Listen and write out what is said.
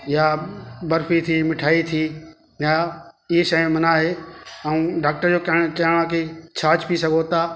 या बर्फी थी मिठाई थी या इहे शयूं मना आहे ऐं डॉक्टर जो चवण आहे की छाछ पी सघो था